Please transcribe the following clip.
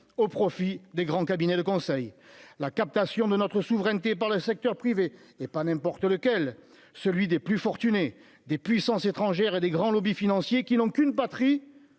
au profit des grands cabinets de conseil, la captation de notre souveraineté par le secteur privé et pas n'importe lequel, celui des plus fortunés des puissances étrangères et des grands lobbies financiers qui l'ont qu'une patrie,